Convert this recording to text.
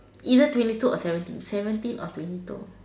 either twenty two or seventeen seventeen O T twenty two